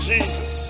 Jesus